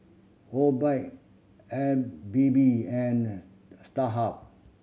Obike Habibie and Starhub